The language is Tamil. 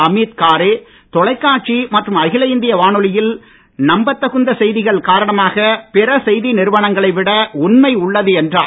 அமீத் காரே தொலைக்காட்சி மற்றும் அகில இந்திய வானொலியின் உண்மையான நம்ப தகுந்த செய்திகள் காரணமாக பிற செய்தி நிறுவனங்களை விட உண்மை உள்ளது என்றார்